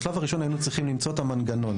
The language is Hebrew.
בשלב הראשון היינו צריכים למצוא את המנגנון,